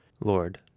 Lord